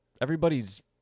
everybody's